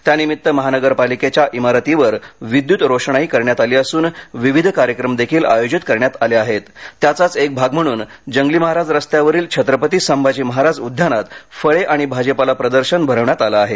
त्यानिमित्त महानगरपालिकेच्या इमारतीवर विद्युत रोषणाई करण्यात आली असून विविध कार्यक्रमदेखील आयोजित करण्यात आले असून त्याचाच एक भाग म्हणून जंगली महाराज रस्त्यावरील छत्रपती संभाजी महाराज उद्यानात फळे आणि भाजीपाला प्रदर्शन भरवण्यात आलं आहे